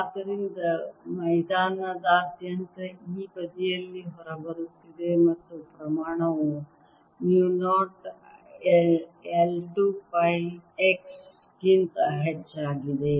ಆದ್ದರಿಂದ ಮೈದಾನದಾದ್ಯಂತ ಈ ಬದಿಯಲ್ಲಿ ಹೊರಬರುತ್ತಿದೆ ಮತ್ತು ಈ ಪ್ರಮಾಣವು mu 0 I 2 ಪೈ x ಗಿಂತ ಹೆಚ್ಚಾಗಿದೆ